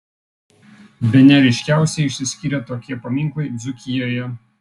bene ryškiausiai išsiskyrė tokie paminklai dzūkijoje